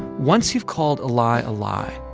once you've called a lie a lie,